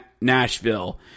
Nashville